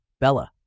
Bella